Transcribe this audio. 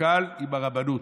קק"ל עם הרבנות,